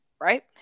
right